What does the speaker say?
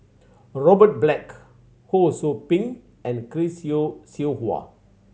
Robert Black Ho Sou Ping and Chris Yeo Siew Hua